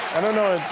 i don't know.